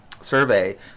survey